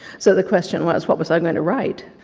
so the question was, what was i going to write?